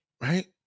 Right